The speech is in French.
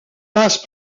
passe